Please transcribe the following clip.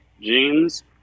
jeans